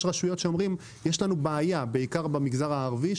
יש רשויות שאומרות שיש בעיות, בעיקר במגזר הערבי,